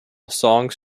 songs